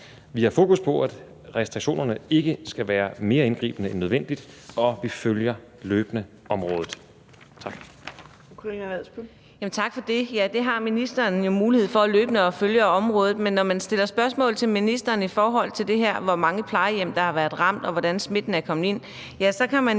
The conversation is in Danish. Vi har fokus på, at restriktionerne ikke skal være mere indgribende end nødvendigt, og vi følger løbende området. Tak.